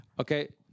Okay